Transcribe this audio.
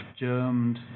germed